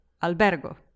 Albergo